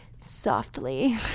softly